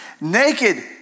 Naked